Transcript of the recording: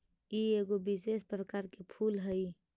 ई एगो विशेष प्रकार के फूल हई